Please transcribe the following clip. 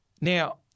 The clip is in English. Now